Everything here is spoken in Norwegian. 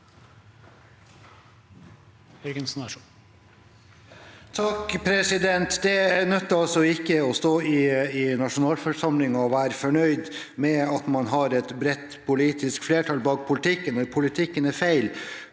(R) Det nytter ikke å stå i nasjonalforsamlingen og være fornøyd med at man har et bredt politisk flertall bak politikken, når politikken er feil.